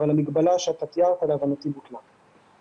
המגבלה שאתה תיארת, להבנתי, בוטלה.